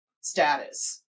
status